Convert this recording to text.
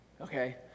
Okay